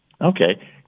Okay